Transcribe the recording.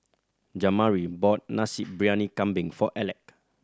Jamari bought Nasi Briyani Kambing for Aleck